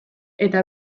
eta